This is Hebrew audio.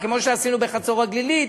כמו שעשינו בחצור-הגלילית,